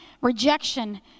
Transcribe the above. Rejection